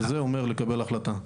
זה אומר לקבל החלטה.